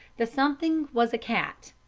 the something was a cat,